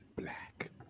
black